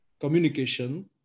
communication